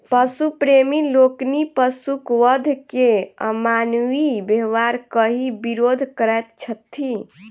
पशु प्रेमी लोकनि पशुक वध के अमानवीय व्यवहार कहि विरोध करैत छथि